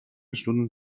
stunden